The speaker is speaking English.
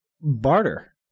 Barter